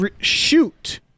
shoot